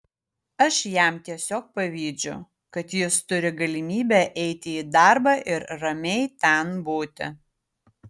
aš jam tiesiog pavydžiu kad jis turi galimybę eiti į darbą ir ramiai ten būti